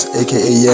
aka